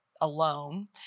alone